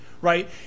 right